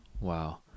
Wow